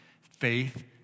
faith